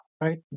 right